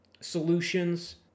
solutions